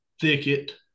thicket